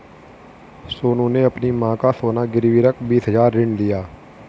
सोनू ने अपनी मां का सोना गिरवी रखकर बीस हजार ऋण लिया